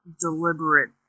deliberate